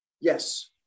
Yes